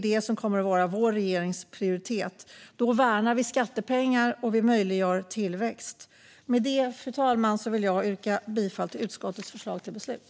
Det kommer att vara vår regerings prioritet. Då värnar vi skattepengar och möjliggör tillväxt. Med det, fru talman, vill jag yrka bifall till utskottets förslag till beslut.